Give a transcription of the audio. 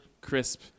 crisp